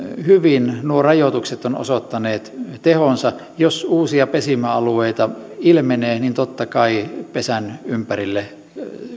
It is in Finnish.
hyvin nuo rajoitukset ovat osoittaneet tehonsa jos uusia pesimäalueita ilmenee niin totta kai pesän ympärille